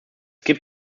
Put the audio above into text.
gibt